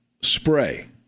spray